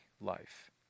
life